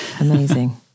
amazing